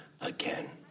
again